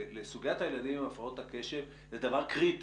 לסוגיית הילדים עם הפרעות הקשב זה דבר קריטי.